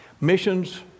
missions